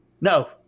No